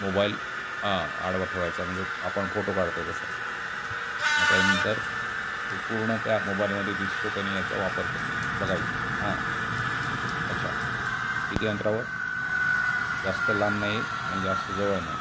mobile आं आडवा ठेवायचा म्हणजे आपण फोटो काढतो तसा मग त्याच्यानंतर ते पूर्ण त्या मोबाईलमध्ये दिसतो की नाही याचा वापर बघायचं हां अच्छा किती अंतरावर जास्त लांब नाही आणि जास्त जवळ नाही